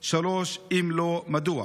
3. אם לא, מדוע?